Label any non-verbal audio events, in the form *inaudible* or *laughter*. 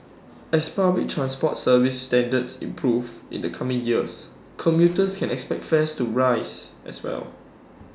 as public transport service standards improve in the coming years commuters *noise* can expect fares to rise as well